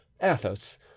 Athos